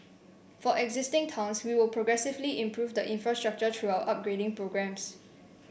for existing towns we will progressively improve the infrastructure through our upgrading programmes